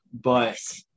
But-